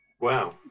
Wow